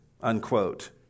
unquote